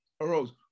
arose